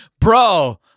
bro